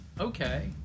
okay